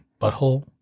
butthole